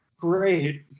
Great